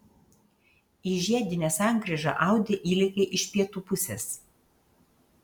į žiedinę sankryžą audi įlėkė iš pietų pusės